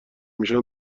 ایشان